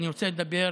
אני רוצה לדבר